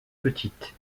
petites